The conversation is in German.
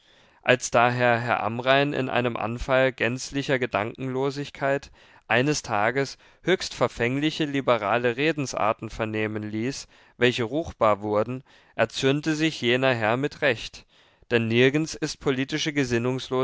als daher herr amrain in einem anfall gänzlicher gedankenlosigkeit eines tages höchst verfängliche liberale redensarten vernehmen ließ welche ruchbar wurden erzürnte sich jener herr mit recht denn nirgends ist politische